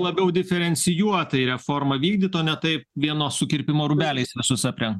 labiau diferencijuotai reformą vykdyt o ne taip vieno sukirpimo rūbeliais visus apreng